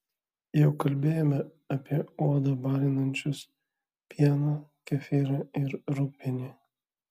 jau kalbėjome apie odą balinančius pieną kefyrą ir rūgpienį